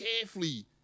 carefully